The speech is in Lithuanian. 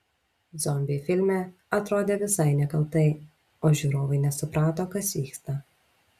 zombiai filme atrodė visai nekaltai o žiūrovai nesuprato kas vyksta